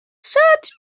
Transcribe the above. search